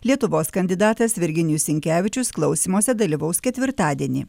lietuvos kandidatas virginijus sinkevičius klausymuose dalyvaus ketvirtadienį